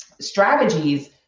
strategies